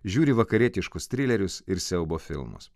žiūri vakarietiškus trilerius ir siaubo filmus